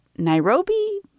Nairobi